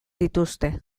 dituzte